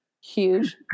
huge